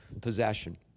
possession